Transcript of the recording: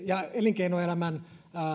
ja elinkeinoelämän